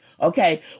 okay